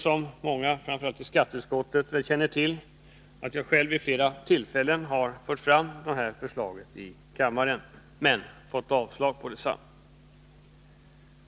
Som många framför allt i skatteutskottet känner till har jag själv vid flera tillfällen fört fram sådana krav här i kammaren men fått avslag.